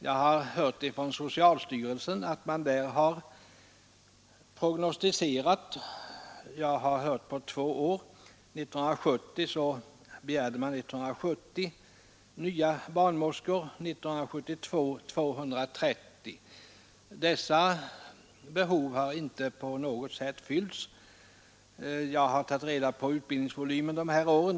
Jag har hört från socialstyrelsen att man där har prognostiserat behovet för två år. År 1970 begärde man 170 nya barnmorskor och 1972 begärde man 230. Detta behov har inte på något sätt fyllts. Jag har tagit reda på utbildningsvolymen för de här åren.